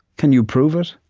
can you prove it?